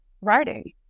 writing